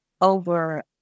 over